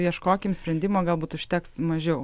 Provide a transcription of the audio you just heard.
ieškokim sprendimo galbūt užteks mažiau